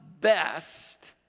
best